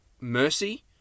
mercy